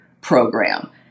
program